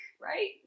right